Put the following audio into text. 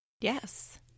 Yes